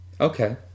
Okay